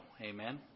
Amen